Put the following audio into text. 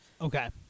okay